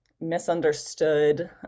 misunderstood